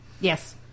yes